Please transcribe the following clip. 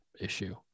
issue